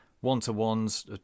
One-to-ones